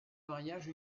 mariage